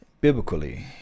Biblically